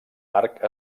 arc